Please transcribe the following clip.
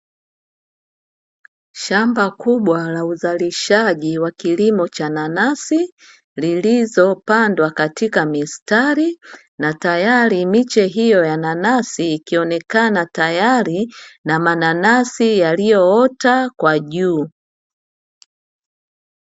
Shamba kubwa la uzalishaji wa kilimo cha nanasi, lilizopandwa katika mistari na tayari miche hiyo ya nanasi ikionekana tayari na mananasi yaliyoota kwa juu.